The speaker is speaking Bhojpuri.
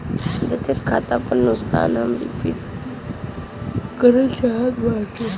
बचत खाता पर नुकसान हम रिपोर्ट करल चाहत बाटी